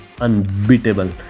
unbeatable